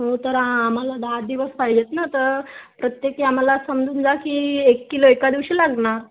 हो तर आम्हाला दहा दिवस पाहिजे आहेत ना तर प्रत्येकी आम्हाला समजून जा की एक किलो एका दिवशी लागणार